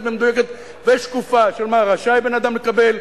ומדוקדקת ושקופה של מה רשאי בן-אדם לקבל.